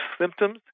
symptoms